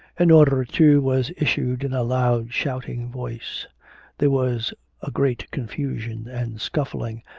an order or two was issued in a loud, shouting voice there was a great confusion and scuffling,